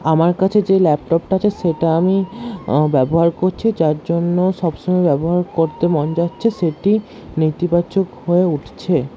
আমার কাছে যে লাপটপটা আছে সেটা আমি ব্যবহার করছি যার জন্য সবসময় ব্যবহার করতে মন যাচ্ছে সেটি নেতিবাচক হয়ে উঠছে